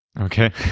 okay